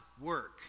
work